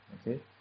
okay